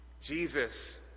Jesus